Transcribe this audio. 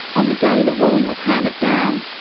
on the day the ruling was handed down,